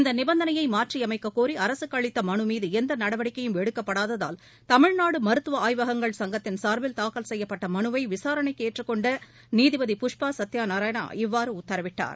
இந்த நிபந்தனையை மாற்றியமைக்கக் கோரி அரசுக்கு அளித்த மனுமீது எந்த நடவடிக்கையும் எடுக்கப்படாததால் தமிழ்நாடு மருத்துவ ஆய்வகங்கள் சங்கத்தின் சார்பில் தாக்கல் செய்யப்பட்ட மனுவை விசாரணைக்கு ஏற்றுக் கொண்ட நீதிபதி புஷ்பா சத்தியநாராயணா இவ்வாறு உத்தரவிட்டார்